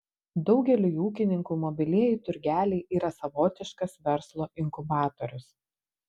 daugeliui ūkininkų mobilieji turgeliai yra savotiškas verslo inkubatorius